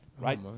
right